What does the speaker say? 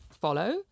follow